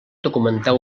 documentar